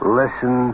listen